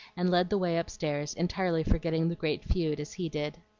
and led the way upstairs entirely forgetting the great feud, as he did.